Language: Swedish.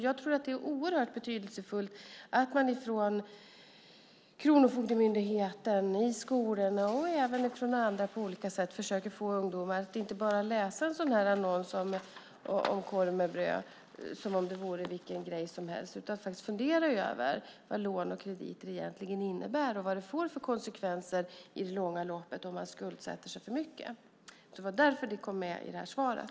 Jag tror att det är oerhört betydelsefullt att Kronofogdemyndigheten, skolorna och även andra på olika sätt försöker få ungdomar att inte bara läsa en sådan här annons om korv med bröd som om det vore vilken grej som helst utan faktiskt fundera över vad lån och krediter egentligen innebär och vad det får för konsekvenser i det långa loppet om man skuldsätter sig för mycket. Det var därför det kom med i det här svaret.